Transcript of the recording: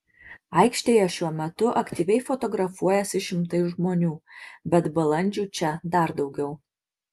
aikštėje šiuo metu aktyviai fotografuojasi šimtai žmonių bet balandžių čia dar daugiau